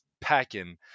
packing